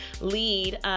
lead